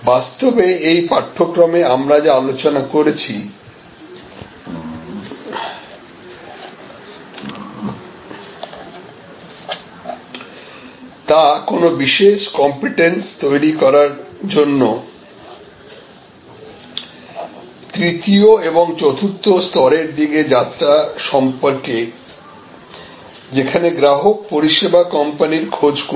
বাস্তবে এই পাঠ্যক্রমে আমরা যা আলোচনা করেছি তা কোন বিশেষ কমপিটেন্স তৈরি করার জন্য তৃতীয় এবং চতুর্থ স্তরের দিকে যাত্রা সম্পর্কে যেখানে গ্রাহক পরিষেবা কোম্পানির খোঁজ করবে